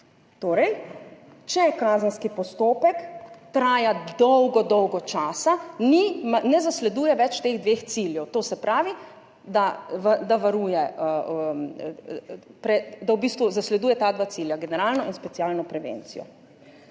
Torej če je kazenski postopek traja dolgo dolgo časa, ne zasleduje več teh dveh ciljev, to se pravi, da v bistvu zasleduje ta dva cilja, generalno in specialno prevencijo.